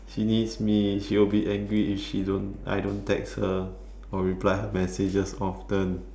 she needs me she will be angry if she don't I don't text her or reply her messages often